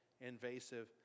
invasive